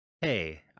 Hey